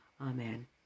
Amen